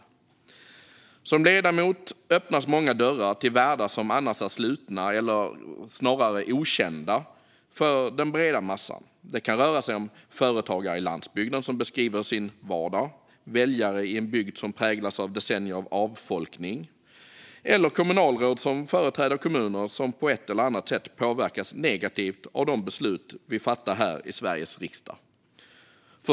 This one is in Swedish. För en ledamot öppnas många dörrar till världar som annars är slutna - eller snarare okända - för den breda massan. Det kan röra sig om företagare på landsbygden som beskriver sin vardag, väljare i en bygd som präglas av decennier av avbefolkning eller kommunalråd som företräder kommuner som på ett eller annat sätt påverkas negativt av de beslut vi fattar här i Sveriges riksdag.